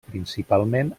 principalment